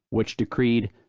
which decreed,